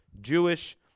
Jewish